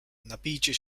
napijcie